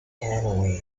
canoe